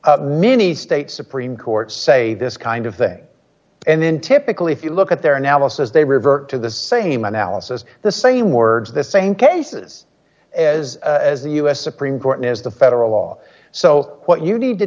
point mini state supreme courts say this kind of thing and then typically if you look at their analysis they revert to the same analysis the same words the same cases as the us supreme court as the federal law so what you need to